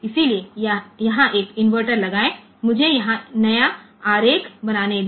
इसलिए यहां एक इन्वर्टर लगाएं मुझे यहाँ नया आरेख बनाने दे